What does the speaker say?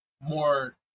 more